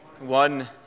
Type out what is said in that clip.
One